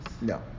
No